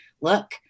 look